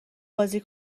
بازی